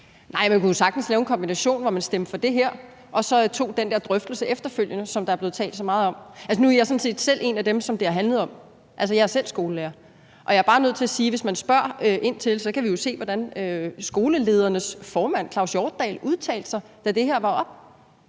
Nej, man kunne jo sagtens lave en kombination, hvor man stemte for det her og så tog den drøftelse, som der er blevet talt så meget om, efterfølgende. Nu er jeg sådan set selv en af dem, som det handler om, altså, jeg er selv skolelærer, og jeg er bare nødt til at sige, at når man spørger ind til det, kan vi jo høre, hvordan f.eks. skoleledernes formand, Claus Hjortdal, udtalte sig, da det her var oppe.